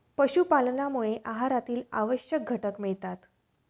पशुपालनामुळे आहारातील आवश्यक घटक मिळतात